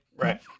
Right